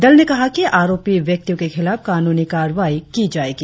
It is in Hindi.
दल ने कहा कि आरोपी व्यक्तियों के खिलाफ कानूनी कारवाई की जाएगी